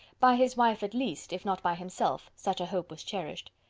by his wife at least, if not by himself, such a hope was cherished.